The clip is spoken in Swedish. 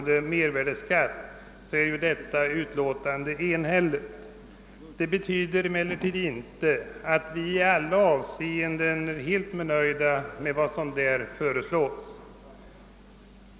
Det betyder emellertid inte att vi i alla avseenden är helt nöjda med vad som däri föreslås.